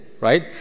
Right